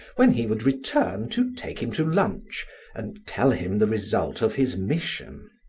when he would return to take him to lunch and tell him the result of his mission.